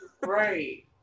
right